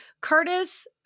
curtis